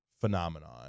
phenomenon